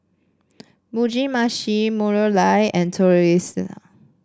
Mugi Meshi Masoor Dal and Tortillas